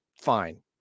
Fine